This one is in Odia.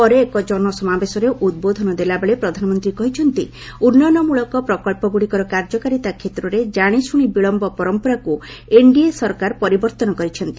ପରେ ଏକ ଜନସମାବେଶରେ ଉଦ୍ବୋଧନ ଦେଲାବେଳେ ପ୍ରଧାନମନ୍ତ୍ରୀ କହିଛନ୍ତି ଉନ୍ନୟନମୂଳକ ପ୍ରକଳ୍ପଗୁଡ଼ିକର କାର୍ଯ୍ୟକାରିତା କ୍ଷେତ୍ରରେ ଜାଣିଶୁଣି ବିଳମ୍ଘ ପରମ୍ପରାକୁ ଏନ୍ଡିଏ ସରକାର ପରିବର୍ତ୍ତନ କରିଛନ୍ତି